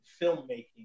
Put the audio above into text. filmmaking